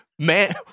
Man